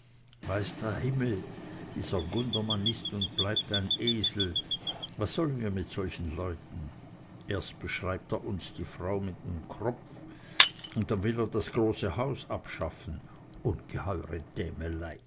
weiß der himmel dieser gundermann ist und bleibt ein esel was sollen wir mit solchen leuten erst beschreibt er uns die frau mit nem kropf und dann will er das große haus abschaffen